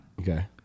Okay